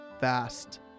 fast